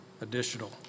additional